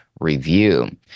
review